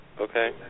Okay